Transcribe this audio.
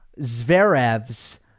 Zverev's